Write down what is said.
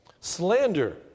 Slander